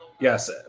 Yes